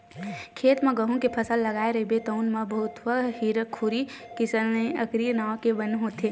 खेत म गहूँ के फसल लगाए रहिबे तउन म भथुवा, हिरनखुरी, किसननील, अकरी नांव के बन होथे